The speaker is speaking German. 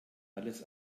alles